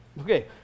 Okay